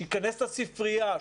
שייכנס לספרייה,